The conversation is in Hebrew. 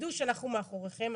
שתדעו שאנחנו מאחוריכם.